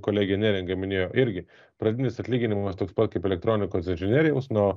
kolegė neringa minėjo irgi pradinis atlyginimas toks pat kaip elektronikos inžinerijaus nuo